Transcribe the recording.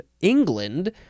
England